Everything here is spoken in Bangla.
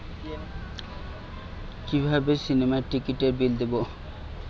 কিভাবে সিনেমার টিকিটের বিল দেবো?